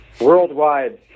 worldwide